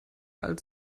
alt